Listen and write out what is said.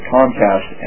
Comcast